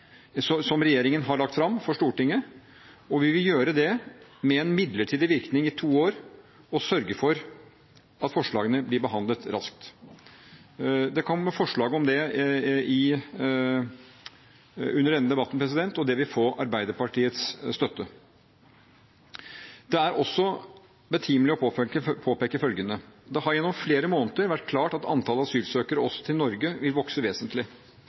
som regjeringen har lagt fram for Stortinget, og vi vil støtte forslaget om midlertidig virkning i to år og sørge for at forslagene blir behandlet raskt. Det kommer forslag om det under denne debatten, og det vil få Arbeiderpartiets støtte. Det er også betimelig å påpeke følgende: Det har gjennom flere måneder vært klart at antallet asylsøkere også til Norge vil vokse vesentlig.